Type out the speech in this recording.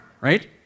right